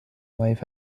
wife